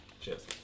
cheers